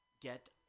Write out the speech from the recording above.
get